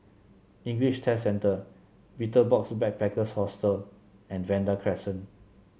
English Test Centre Betel Box Backpackers Hostel and Vanda Crescent